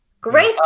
Great